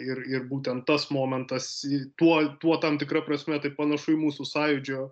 ir ir būtent tas momentas tuo tuo tam tikra prasme tai panašu į mūsų sąjūdžio